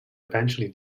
eventually